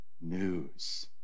news